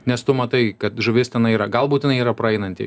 nes tu matai kad žuvis tenai yra galbūt jinai yra praeinanti